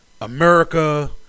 America